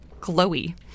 glowy